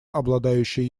обладающие